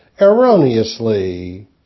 erroneously